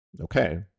okay